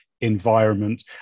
environment